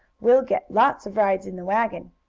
we'll get lots of rides in the wagon.